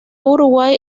uruguay